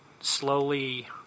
slowly